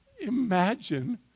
imagine